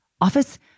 office